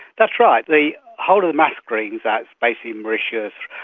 that's right. the whole of the mascarenes, that's basically mauritius,